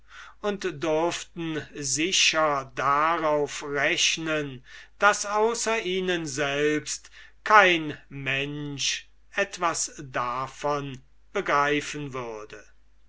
sie dürften sicher darauf rechnen daß außer ihnen selbst kein mensch etwas davon begreifen würde